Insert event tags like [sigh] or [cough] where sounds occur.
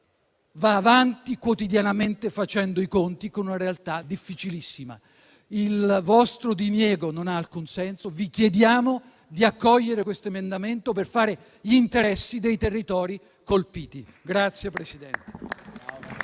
va avanti quotidianamente facendo i conti con una realtà difficilissima. Il vostro diniego non ha alcun senso; vi chiediamo di accogliere questo emendamento, per fare gli interessi dei territori colpiti. [applause]